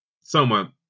somewhat